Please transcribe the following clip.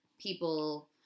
people